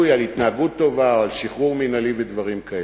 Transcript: כניכוי על התנהגות טובה או שחרור מינהלי ודברים כאלה.